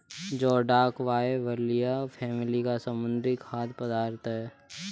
जोडाक बाइबलिया फैमिली का समुद्री खाद्य पदार्थ है